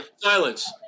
silence